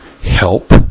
help